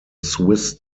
swiss